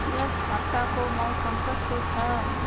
यस हप्ताको मौसम कस्तो छ